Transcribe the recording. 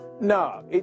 no